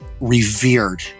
revered